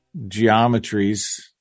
geometries